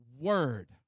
word